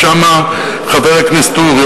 חבר הכנסת כרמל שאמה,